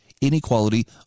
inequality